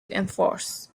enforce